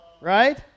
right